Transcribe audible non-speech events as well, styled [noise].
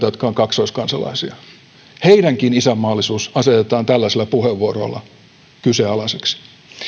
[unintelligible] jotka ovat kaksoiskansalaisia heidänkin isänmaallisuutensa asetetaan tällaisella puheenvuorolla kyseenalaiseksi